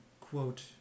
quote